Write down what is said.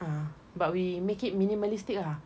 ah but we make it minimalistic ah